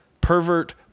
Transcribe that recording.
pervert